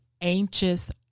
anxious